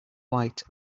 white